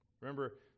Remember